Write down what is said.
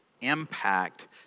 impact